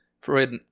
Freud